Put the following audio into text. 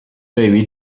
对于